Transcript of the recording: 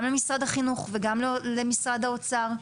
גם למשרד החינוך וגם למשרד האוצר,